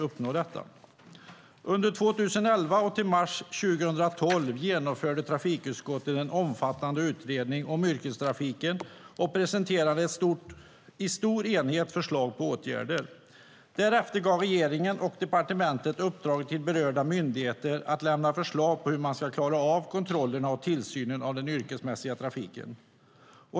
Under 2011 och till mars 2012 genomförde trafikutskottet en omfattande utredning om yrkestrafiken och presenterade i stor enighet förslag på åtgärder. Därefter gav regeringen och departementet uppdraget till berörda myndigheter att lämna förslag på hur man ska klara av kontrollerna och tillsynen av den yrkesmässiga trafiken.